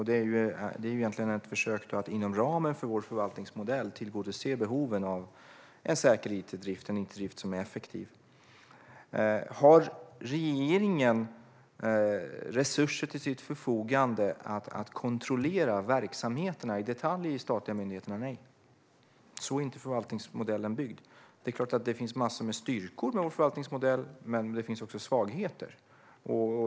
Det är ett försök att inom ramen för vår förvaltningsmodell tillgodose behoven av en itdrift som är säker och effektiv. Har regeringen resurser till sitt förfogande att i detalj kontrollera verksamheterna i de statliga myndigheterna? Nej, så är inte förvaltningsmodellen byggd. Det är klart att det finns massor av styrkor hos vår förvaltningsmodell, men det finns också svagheter.